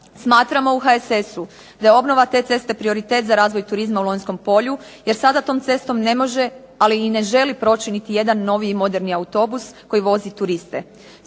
Smatramo u HSS-u da je obnova te ceste prioritet za razvoj turizma u Lonjskom polju jer sada tom cestom ne može, ali i ne želi proći niti jedan noviji moderni autobus koji vozi turiste.